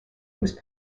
whose